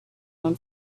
own